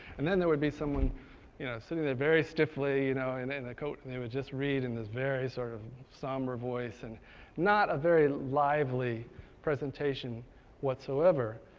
and then there would be someone you know sitting there very stiffly, you know in a and coat, and they would just read in this very sort of somber voice. and not a very lively presentation whatsoever.